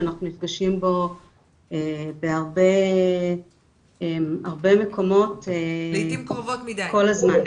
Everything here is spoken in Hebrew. שאנחנו נפגשים בו בהרבה מקומות הרבה זמן,